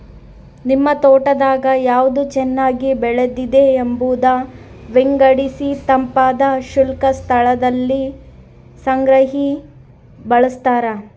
ನಿಮ್ ತೋಟದಾಗ ಯಾವ್ದು ಚೆನ್ನಾಗಿ ಬೆಳೆದಿದೆ ಎಂಬುದ ವಿಂಗಡಿಸಿತಂಪಾದ ಶುಷ್ಕ ಸ್ಥಳದಲ್ಲಿ ಸಂಗ್ರಹಿ ಬಳಸ್ತಾರ